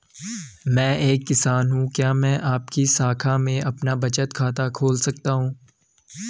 मैं एक किसान हूँ क्या मैं आपकी शाखा में अपना बचत खाता खोल सकती हूँ?